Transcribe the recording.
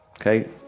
Okay